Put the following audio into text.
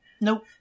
Nope